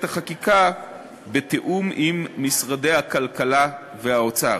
החקיקה בתיאום עם משרדי הכלכלה והאוצר.